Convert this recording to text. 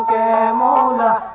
am on